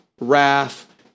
wrath